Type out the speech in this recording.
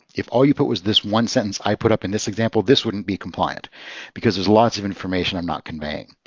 if all you put was this one sentence i put up in this example, this wouldn't be compliant because there's lots of information. i'm not conveying.